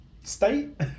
state